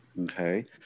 Okay